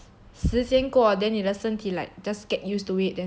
时间过 then 你的身体 like just get used to it then 就